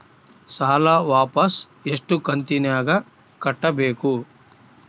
ಸಾಲ ವಾಪಸ್ ಎಷ್ಟು ಕಂತಿನ್ಯಾಗ ಕಟ್ಟಬೇಕು?